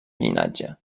llinatge